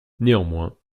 néanmoins